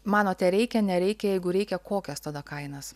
manote reikia nereikia jeigu reikia kokias tada kainas